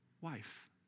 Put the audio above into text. wife